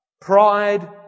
pride